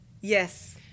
Yes